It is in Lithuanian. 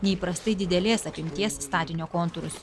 neįprastai didelės apimties statinio kontūrus